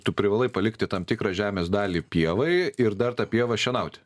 tu privalai palikti tam tikrą žemės dalį pievai ir dar tą pievą šienauti